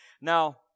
Now